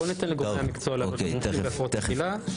ואני מעדיף שניתן לגורמי המקצוע בהפרעות אכילה.